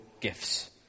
gifts